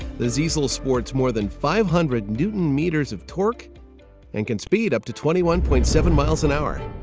the ziesel sports more than five hundred newton-meters of torque and can speed up to twenty one point seven mph,